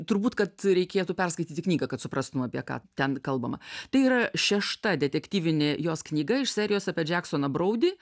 turbūt kad reikėtų perskaityti knygą kad suprastum apie ką ten kalbama tai yra šešta detektyvinė jos knyga iš serijos apie džeksoną broudį